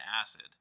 acid